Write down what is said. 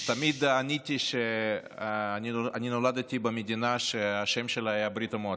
אז תמיד עניתי שאני נולדתי במדינה שהשם שלה היה ברית המועצות,